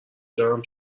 جمع